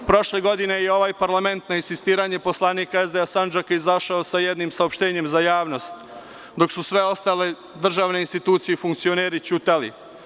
Prošle godine je ovaj parlament na insistiranje poslanika SDA Sandžaka izašao sa jednim saopštenjem za javnost, dok su sve ostale državne institucije i funkcioneri ćutali.